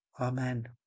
Amen